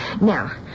Now